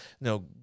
no